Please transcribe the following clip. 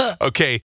Okay